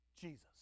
Jesus